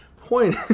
Point